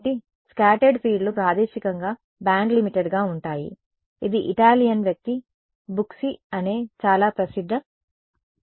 కాబట్టి చెల్లాచెదురుగా ఉన్న ఫీల్డ్లు ప్రాదేశికంగా బ్యాండ్లిమిటెడ్గా ఉంటాయి ఇది ఇటాలియన్ వ్యక్తి బుచ్చి అనే చాలా ప్రసిద్ధ పేపర్